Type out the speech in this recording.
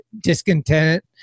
Discontent